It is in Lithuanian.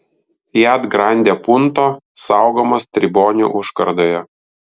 fiat grande punto saugomas tribonių užkardoje